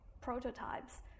prototypes